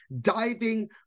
diving